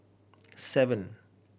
seven